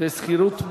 ושכירות מוזלת.